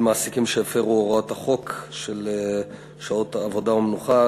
מעסיקים שהפרו הוראת חוק שעות עבודה ומנוחה,